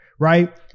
Right